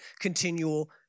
continual